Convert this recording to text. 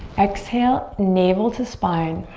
exhale. navel to spine.